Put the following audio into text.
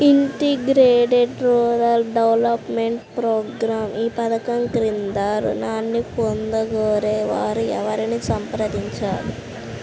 Integrated rural development programme ఈ పధకం క్రింద ఋణాన్ని పొందగోరే వారు ఎవరిని సంప్రదించాలి?